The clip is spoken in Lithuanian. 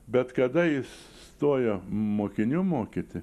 bet kada jis stojo mokinių mokyti